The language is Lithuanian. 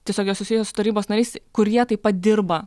tiesiogiai susiję su tarybos nariais kurie taip pat dirba